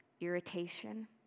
irritation